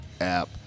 app